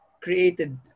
created